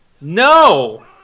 No